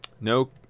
No